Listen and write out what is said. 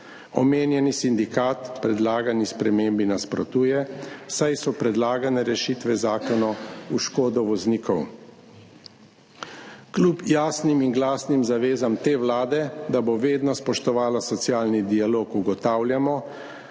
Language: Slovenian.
Omenjeni sindikat predlagani spremembi nasprotuje, saj so predlagane rešitve zakona v škodo voznikom. Kljub jasnim in glasnim zavezam te vlade, da bo vedno spoštovala socialni dialog, ugotavljamo,